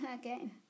again